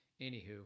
anywho